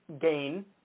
gain